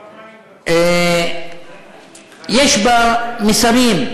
יש בה מסרים.